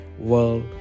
world